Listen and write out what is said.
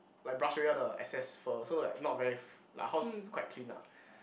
like brush away all the excess fur so like not very f~ like our house is quite clean lah